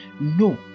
no